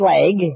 Leg